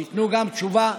שייתנו גם תשובה,